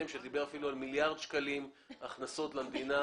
שדיבר אפילו על מיליארד שקלים הכנסות למדינה,